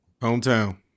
Hometown